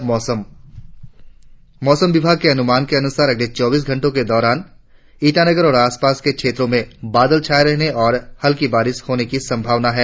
और अब मौसम मौसम विभाग के अनुमान के अनुसार अगले चौबीस घंटो के दौरान ईटानगर और आसपास के क्षेत्रो में बादल छाये रहने और हलकी बारिस होने की संभावना है